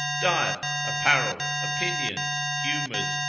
diet, apparel, opinions, humours,